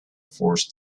forced